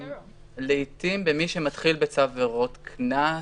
לעתים מי שמתחיל בצו עבירות קנס,